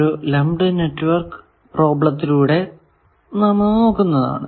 ഒരു lumped network പ്രോബ്ലെത്തിലൂടെ നാം അത് നോക്കുന്നതാണ്